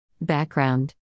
Background